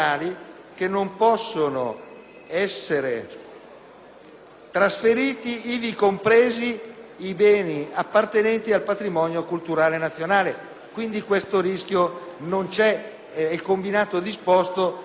compresi i beni appartenenti al patrimonio culturale nazionale. Pertanto, questo rischio non c'è, è il combinato disposto che lo elimina.